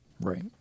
Right